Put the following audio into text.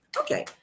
Okay